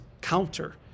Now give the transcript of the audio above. counter